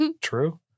true